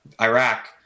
Iraq